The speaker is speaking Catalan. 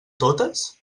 totes